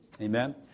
Amen